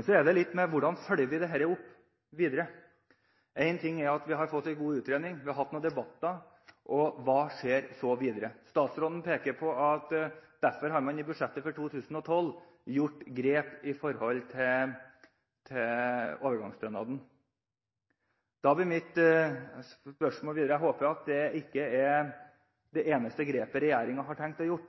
Så er det hvordan vi følger dette opp videre. Én ting er at vi har fått en god utredning og hatt noen debatter, men hva skjer så videre? Statsråden peker på at man derfor i budsjett for 2012 har gjort grep med hensyn til overgangsstønaden. Da håper jeg at det ikke er det eneste grepet regjeringen har tenkt å gjøre,